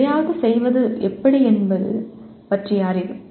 எதையாவது செய்வது எப்படி என்பது பற்றிய அறிவு